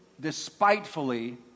despitefully